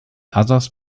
others